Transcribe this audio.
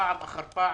פעם אחר פעם,